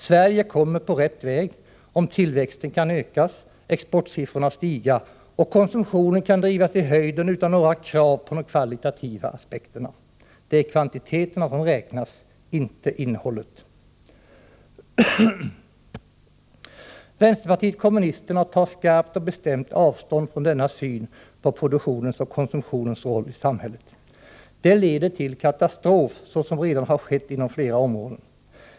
Sverige kommer på rätt väg om tillväxten kan ökas, exportsiffrorna stiga och konsumtionen drivas i höjden utan några krav på de kvalitativa aspekterna. Det är kvantiteterna som räknas — inte innehållet. Vänsterpartiet kommunisterna tar skarpt och bestämt avstånd från denna syn på produktionens och konsumtionens roll i samhället. Den leder till katastrof, så som redan har skett inom flera områden.